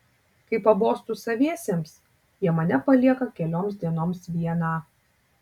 kai pabostu saviesiems jie mane palieka kelioms dienoms vieną